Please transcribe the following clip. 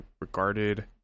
regarded